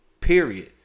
period